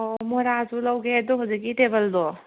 ꯑꯣ ꯃꯣꯔꯥꯁꯨ ꯂꯧꯒꯦ ꯑꯗꯨ ꯍꯧꯖꯤꯛꯀꯤ ꯇꯦꯕꯜꯗꯣ